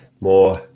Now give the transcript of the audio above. more